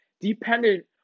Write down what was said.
dependent